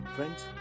Friends